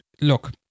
look